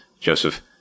Joseph